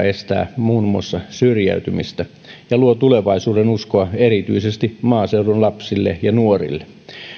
estää ennalta muun muassa syrjäytymistä ja luo tulevaisuudenuskoa erityisesti maaseudun lapsille ja nuorille